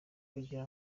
kugira